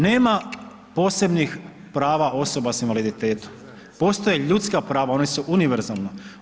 Nema posebnih prava osoba sa invaliditetom, postoje ljudska prava, ona su univerzalna.